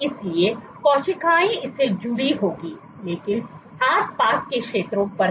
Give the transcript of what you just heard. इसलिए कोशिकाएं इससे जुड़ी होंगी लेकिन आसपास के क्षेत्रों पर नहीं